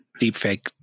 deepfake